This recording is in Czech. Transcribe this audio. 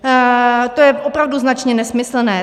To je opravdu značně nesmyslné.